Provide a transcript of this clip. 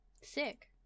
Sick